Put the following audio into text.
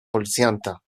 policjanta